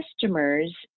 customers